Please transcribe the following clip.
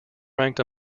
ranked